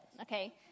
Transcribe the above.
okay